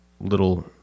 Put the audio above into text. little